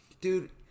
Dude